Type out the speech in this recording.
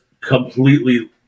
completely